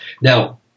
Now